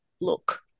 look